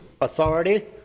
authority